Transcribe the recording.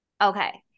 Okay